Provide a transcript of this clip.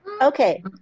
okay